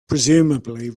presumably